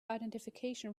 identification